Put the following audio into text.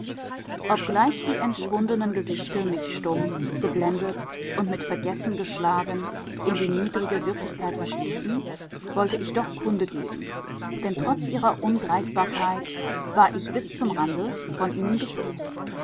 obgleich die entschwundenen gesichte mich stumm geblendet und mit vergessen geschlagen in die niedrige wirklichkeit verstießen wollte ich doch kunde geben denn trotz ihrer ungreifbarkeit war ich bis zum rande von ihnen gefüllt